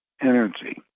energy